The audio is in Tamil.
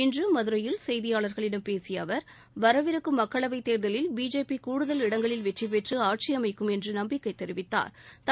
இன்று மதுரையில் செய்தியாளர்களிடம் பேசிய அவர் வரவிருக்கும் மக்களவைத் தேர்தலில் பிஜேபி கூடுதல் இடங்களில் வெற்றிபெற்று ஆட்சி அமைக்கும் என்று நம்பிக்கை தெரிவித்தாா்